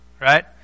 right